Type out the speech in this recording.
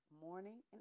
morning